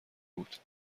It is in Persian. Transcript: بود